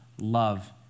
love